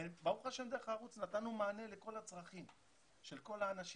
ברוך ה' דרך הערוץ נתנו מענה לכל הצרכים של כל האנשים.